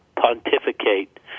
pontificate